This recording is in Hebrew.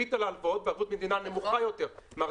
הריבית על ההלוואות בערבות מדינה נמוכה יותר מהריבית הקיימת.